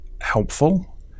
helpful